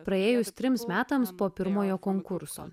praėjus trims metams po pirmojo konkurso